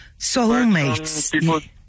Soulmates